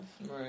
Right